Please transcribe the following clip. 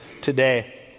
today